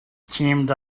teamed